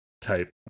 type